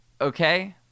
Okay